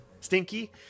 Stinky